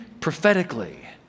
prophetically